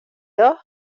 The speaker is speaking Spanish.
dos